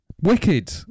Wicked